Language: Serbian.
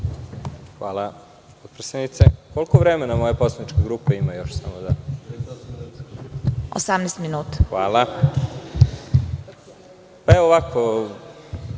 Hvala.